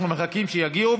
אנחנו מחכים שיגיעו,